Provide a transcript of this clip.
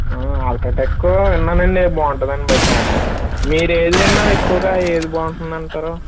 ఆ అల్ట్రాటెక్ విన్నానండి బాగుంటుందని బయట మీరేది విన్నారు ఎక్కువుగా ఏది బాగుంటుంది అంటారు